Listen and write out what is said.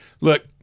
look